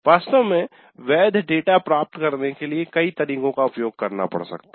वास्तव में वैध डेटा प्राप्त करने के लिए कई तरीकों का उपयोग करना पड़ सकता है